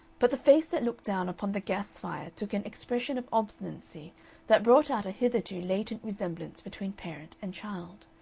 but the face that looked down upon the gas fire took an expression of obstinacy that brought out a hitherto latent resemblance between parent and child.